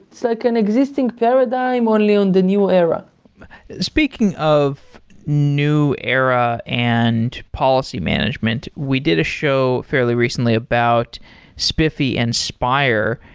it's like an existing paradigm only on the new era speaking of new era and policy management, we did a show fairly recently about spiffe and spire,